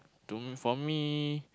don't for me